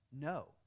No